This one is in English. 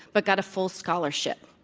but got a full scholarship.